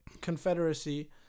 Confederacy